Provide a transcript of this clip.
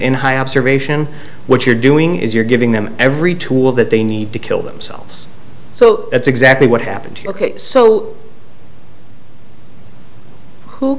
in high observation what you're doing is you're giving them every tool that they need to kill themselves so that's exactly what happened ok so who